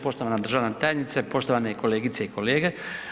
Poštovana državna tajnice, poštovane kolegice i kolege.